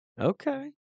Okay